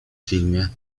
filmie